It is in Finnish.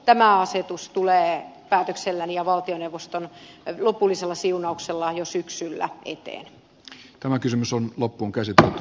tämä asetus tulee päätökselläni ja valtioneuvoston lopullisella siunauksella jo syksyllä ettei tämä kysymys on loppuunkäsitelty